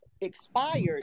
expired